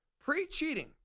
Pre-cheating